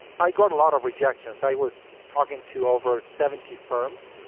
i got a lot of rejections. i was talking to over seventy firms.